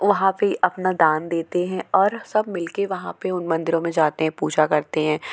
वहाँ पे अपना दान देते हैं और सब मिलके वहाँ पे उन मंदिरों में जाते हैं पूजा करते हैं